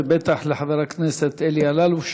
ובטח לחבר הכנסת אלי אלאלוף,